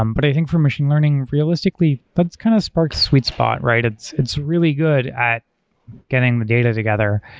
um but i think from machine learning, realistically, but that kind of spark's sweet spot, right? it's it's really good at getting the data together.